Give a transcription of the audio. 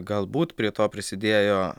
galbūt prie to prisidėjo